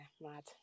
mad